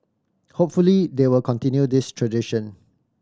hopefully they will continue this tradition